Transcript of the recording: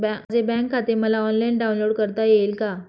माझे बँक खाते मला ऑनलाईन डाउनलोड करता येईल का?